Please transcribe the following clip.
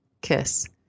kiss